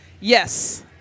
Yes